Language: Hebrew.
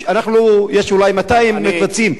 יש אולי 200 מקבצים.